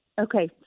Okay